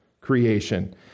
creation